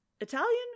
italian